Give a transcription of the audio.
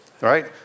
right